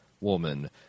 woman